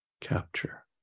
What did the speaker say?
capture